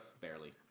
Barely